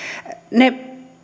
ne